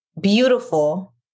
beautiful